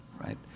right